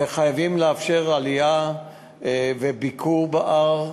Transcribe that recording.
וחייבים לאפשר עלייה וביקור בהר.